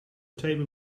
table